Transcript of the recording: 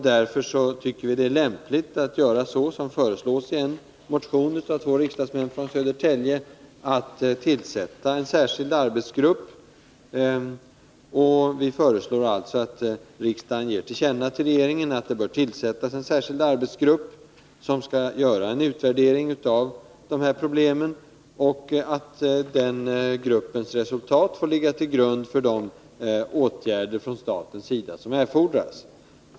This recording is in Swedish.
Därför tycker vi att det är lämpligt att göra så som föreslås i en motion av två riksdagsmän från Södertälje, nämligen att tillsätta en särskild arbetsgrupp. Vi föreslår alltså att riksdagen ger till känna för regeringen att det bör tillsättas en särskild arbetsgrupp, som skall göra en utvärdering av de här problemen, och att resultatet får ligga till grund för de åtgärder från statens sida som erfordras.